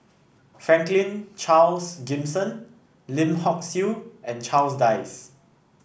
Franklin Charles Gimson Lim Hock Siew and Charles Dyce